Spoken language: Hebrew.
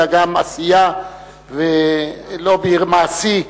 אלא גם עשייה ולובי מעשי,